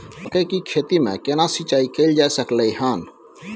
मकई की खेती में केना सिंचाई कैल जा सकलय हन?